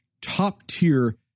top-tier